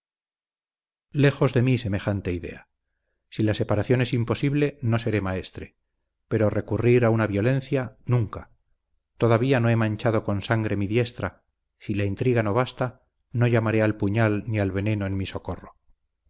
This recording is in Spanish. lejos de mí semejante idea si la separación es imposible no seré maestre pero recurrir a una violencia nunca todavía no he manchado con sangre mi diestra si la intriga no basta no llamaré al puñal ni al veneno en mi socorro